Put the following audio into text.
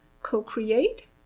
co-create